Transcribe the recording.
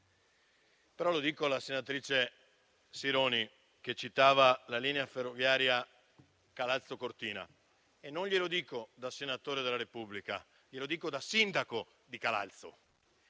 Però dico alla senatrice Sironi, che citava la linea ferroviaria Calalzo-Cortina - e glielo dico non da senatore della Repubblica, ma da sindaco di Calalzo